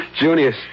Junius